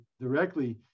directly